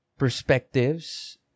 perspectives